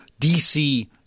DC